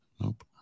Nope